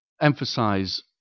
emphasize